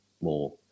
more